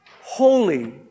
Holy